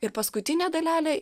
ir paskutinė dalelė